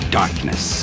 darkness